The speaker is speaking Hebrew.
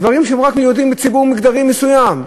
דברים שמיועדים רק לציבור מגדרי מסוים.